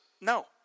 no